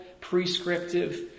prescriptive